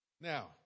Now